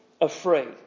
afraid